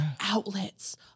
outlets